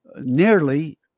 nearly